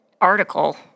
article